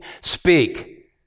speak